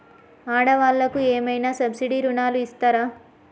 ఆడ వాళ్ళకు ఏమైనా సబ్సిడీ రుణాలు ఇస్తారా?